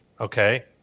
Okay